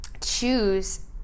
choose